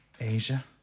Asia